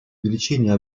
увеличение